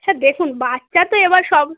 হ্যাঁ দেখুন বাচ্চা তো এবার সব